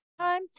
time